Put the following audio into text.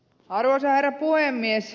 arvoisa herra puhemies